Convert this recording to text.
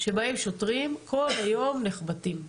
ששוטרים כל היום נחבטים.